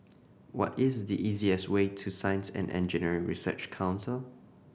what is the easiest way to Science and Engineering Research Council